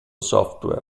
software